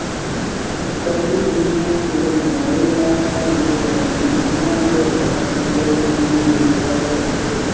पहिली भुइयां के मोल ल लोगन मन ह बरोबर समझत नइ रहिस हवय